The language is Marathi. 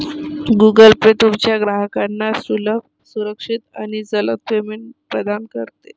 गूगल पे तुमच्या ग्राहकांना सुलभ, सुरक्षित आणि जलद पेमेंट प्रदान करते